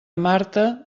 marta